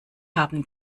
haben